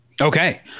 okay